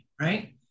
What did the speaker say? right